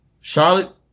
Charlotte